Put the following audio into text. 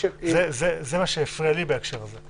זה מה שהפריע לי בהקשר הזה.